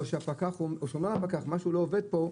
או שהוא אומר לפקח: משהו לא עובד פה,